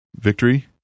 victory